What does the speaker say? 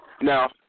Now